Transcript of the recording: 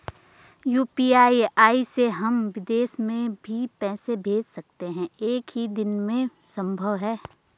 UPI से हम विदेश में भी पैसे भेज सकते हैं एक ही दिन में संभव है?